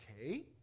okay